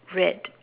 red